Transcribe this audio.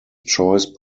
choice